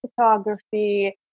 photography